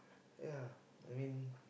yeah I mean